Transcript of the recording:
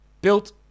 built